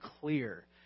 clear